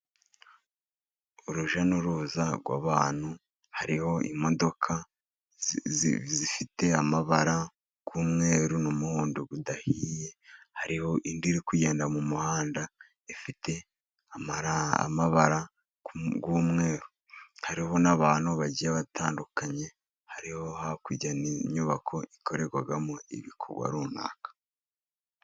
Urujya n'uruza rw'abantu, hariho imodoka zifite amabara y'umweru n'umuhondo udahiye, hariho indi iri kugenda mu muhanda ifite amabara y'umweru, hariho n'abantu bagiye batandukanye, hariho hakurya n'inyubako ikorerwamo ibikorwa runaka.